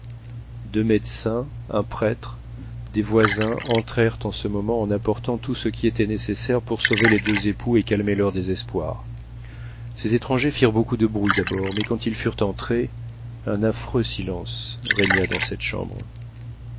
deux médecins un prêtre des voisins entrèrent en ce moment en apportant tout ce qui était nécessaire pour sauver les deux époux et calmer leur désespoir ces étrangers firent beaucoup de bruit d'abord mais quand ils furent entrés un affreux silence régna dans cette chambre